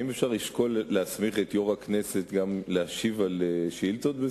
האם אפשר לשקול להסמיך את יושב-ראש הכנסת גם להשיב על שאילתות או